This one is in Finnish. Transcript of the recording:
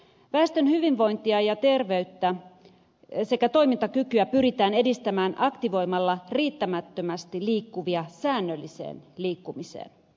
väestön hyvinvointia ja terveyttä sekä toimintakykyä pyritään edistämään aktivoimalla riittämättömästi liikkuvia säännölliseen liikkumiseen